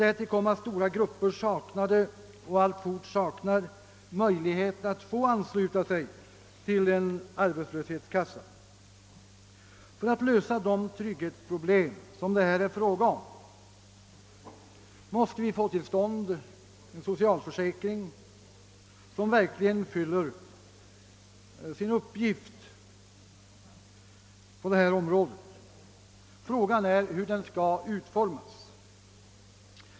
Därtill kom att stora grupper saknade, och alltfort saknar, möjlighet att få ansluta sig till en arbetslöshetskassa. För att lösa de trygghetsproblem det här är fråga om måste vi få till stånd en socialförsäkring som verkligen fyller sin uppgift på detta område. Frågan är hur den skall utformas.